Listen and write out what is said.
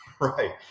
Right